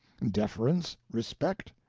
deference, respect,